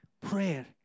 prayer